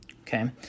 Okay